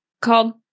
called